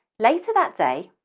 later that day,